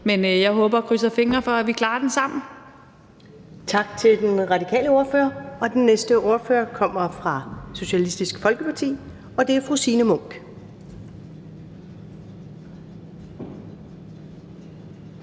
Kl. 20:24 Første næstformand (Karen Ellemann): Tak til den radikale ordfører. Den næste ordfører kommer fra Socialistisk Folkeparti, og det er fru Signe Munk.